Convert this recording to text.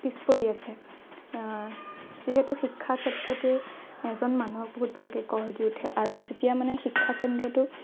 পিছ পৰি আছে যিহেতু শিক্ষা ক্ষেত্ৰতেই এজন মানুহক বহুত ভালকে গঢ় দি উঠে আৰু যেতিয়া মানে শিক্ষা কেন্দ্ৰটো